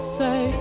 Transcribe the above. say